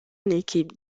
équipe